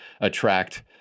attract